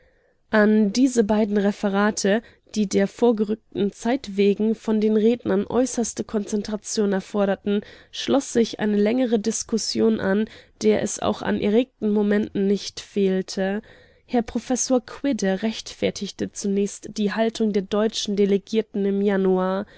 an diese beiden referate die der vorgerückten zeit wegen von den rednern äußerste konzentration erforderten schloß sich eine längere diskussion an der es auch an erregten momenten nicht fehlte herr professor quidde rechtfertigte zunächst die haltung der deutschen delegierten im januar